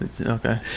okay